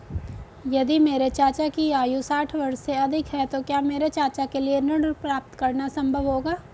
यदि मेरे चाचा की आयु साठ वर्ष से अधिक है तो क्या मेरे चाचा के लिए ऋण प्राप्त करना संभव होगा?